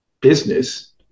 business